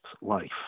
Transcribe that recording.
life